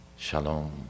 Shalom